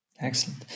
Excellent